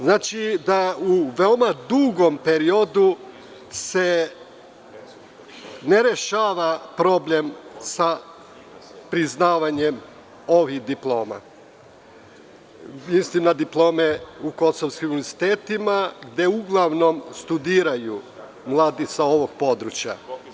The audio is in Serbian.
Znači, u veoma dugom periodu se ne rešava problem sa priznavanjem ovih diploma, diploma u kosovskim univerzitetima gde uglavnom studiraju mladi sa ovog područja.